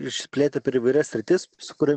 išsiplėtę per įvairias sritis su kuria